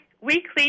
weekly